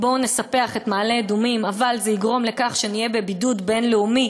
בואו נספח את מעלה-אדומים אבל זה יגרום לכך שנהיה בבידוד בין-לאומי,